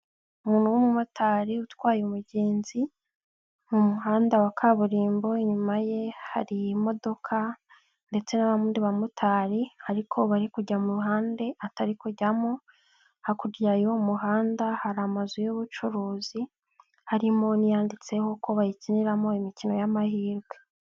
Umuntu w'umumotari utwaye umugenzi, mu muhanda wa kaburimbo inyuma ye hari imodoka ndetse n'abandi bamotari ariko bari kujya mu ruhande atari kujyamo, hakurya y'uwo muhanda hari amazu y'ubucuruzi harimo n'iyanditseho ko bayikiniramo imikino y'amahirwe.